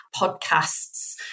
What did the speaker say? podcasts